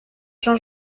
jean